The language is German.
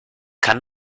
kann